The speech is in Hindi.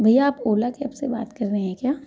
भैया आप ओला कैब से बात कर रहें हैं क्या